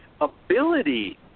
Ability